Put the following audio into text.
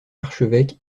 archevêque